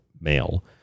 male